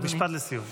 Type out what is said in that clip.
לא, משפט לסיום.